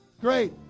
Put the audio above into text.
Great